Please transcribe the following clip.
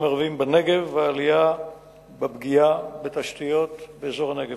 ערבים בנגב והעלייה בפגיעה בתשתיות באזור הנגב.